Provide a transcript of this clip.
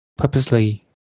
purposely